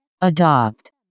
Adopt